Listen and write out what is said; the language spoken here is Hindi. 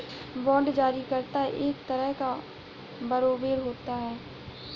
बांड जारी करता एक तरह का बारोवेर होता है